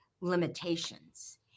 limitations